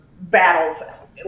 battles